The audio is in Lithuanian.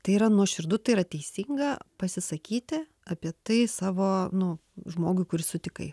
tai yra nuoširdu tai yra teisinga pasisakyti apie tai savo nu žmogui kurį sutikai